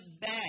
back